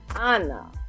Anna